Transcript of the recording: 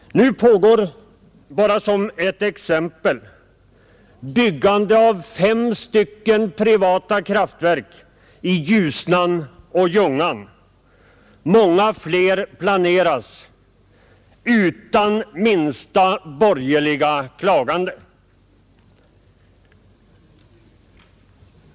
Nu pågår, bara som ett exempel, byggande av fem stycken privata kraftverk i Ljusnan och Ljungan. Många fler planeras utan minsta borgerliga klagan.